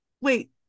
wait